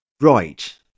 Right